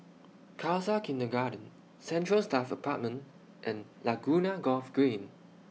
Khalsa Kindergarten Central Staff Apartment and Laguna Golf Green